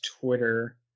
Twitter